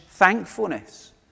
thankfulness